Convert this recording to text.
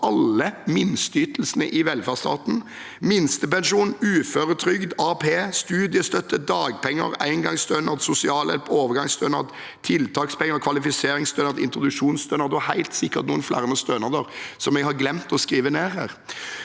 alle minsteytelsene i velferdsstaten: minstepensjon, uføretrygd, AAP, studiestøtte, dagpenger, engangsstønad, sosialhjelp, overgangsstønad, tiltakspenger, kvalifiseringsstønad, introduksjonsstønad og helt sikkert noen flere stønader, som jeg har glemt å skrive ned.